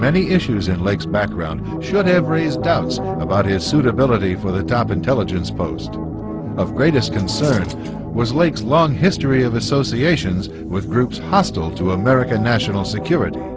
many issues and legs background should have raised doubts about his suitability for the top intelligence post of greatest concern was lakes long history of associations with groups hostile to american national security